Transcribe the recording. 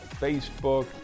Facebook